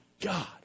God